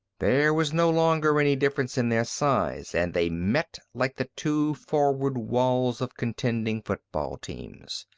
there was no longer any difference in their size and they met like the two forward walls of contending football teams.